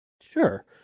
sure